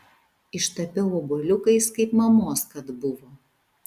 ištapiau obuoliukais kaip mamos kad buvo